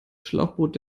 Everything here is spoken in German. schlauchboot